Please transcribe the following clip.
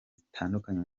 zitandukanye